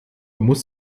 muss